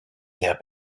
their